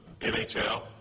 NHL